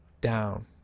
down